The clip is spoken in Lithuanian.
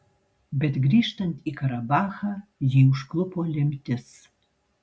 bet grįžtant į karabachą jį užklupo lemtis